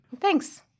Thanks